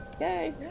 Yay